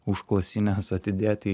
užklasines atidėti